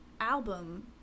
album